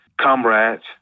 comrades